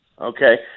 Okay